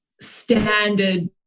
standard